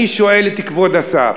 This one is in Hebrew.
אני שואל את כבוד השר: